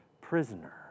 prisoner